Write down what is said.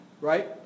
right